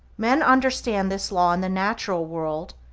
men understand this law in the natural world,